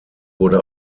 wurde